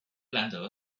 兰德